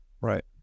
Right